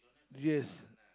yes